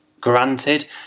Granted